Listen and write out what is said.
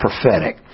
prophetic